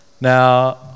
Now